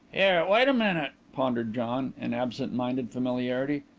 here, wait a minute, pondered john, in absent-minded familiarity.